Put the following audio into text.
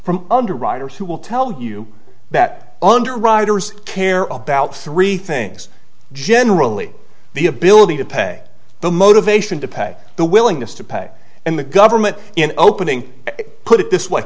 from underwriters who will tell you that underwriters care about three things generally the ability to pay the motivation to pay the willingness to pay and the government in opening put it this way